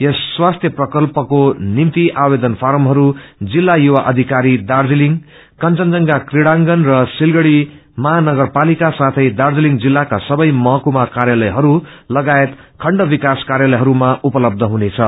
यस स्वास्थ्य प्रकल्पको निम्ति आवेदन फारमहरू जिल्ला युवा अधिकरी दार्जालिङ कंवन जंया क्रीड़ागंन र सिलगढ़ी महानगरपालिका साथै दार्जीलिङ जिल्लाका सवै महकुमा कार्यालयहरू तगायत खण्ड विकास कार्यालयहरूमा उपलब्ध हुनेछ